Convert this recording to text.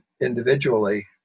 individually